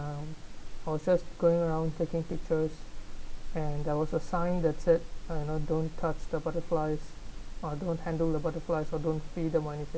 um I was just going around taking pictures and there was a sign that said uh you know don't touch the butterflies or don't handle the butterfly so don't feed them or anything